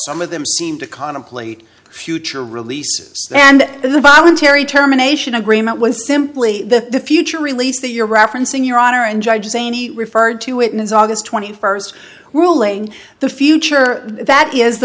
some of them seem to contemplate future releases and the voluntary terminations agreement was simply the future release that you're referencing your honor and judge saini referred to it is august twenty first ruling the future that is the